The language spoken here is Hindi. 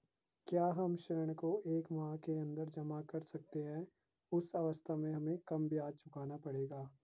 क्या हम ऋण को एक माह के अन्दर जमा कर सकते हैं उस अवस्था में हमें कम ब्याज चुकाना पड़ेगा?